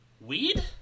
weed